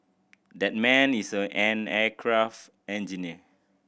that man is a an aircraft engineer